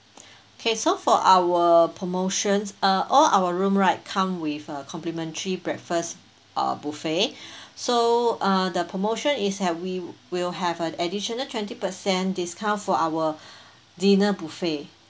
K so for our promotions uh all our room right come with a complimentary breakfast uh buffet so uh the promotion is that we will have an additional twenty percent discount for our dinner buffet